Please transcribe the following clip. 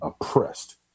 oppressed